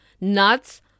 nuts